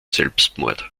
selbstmord